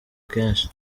kenshi